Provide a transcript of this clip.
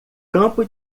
campo